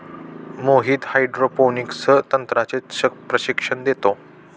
Mohit hydroponics तंत्राचे प्रशिक्षण देतो